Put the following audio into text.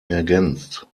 ergänzt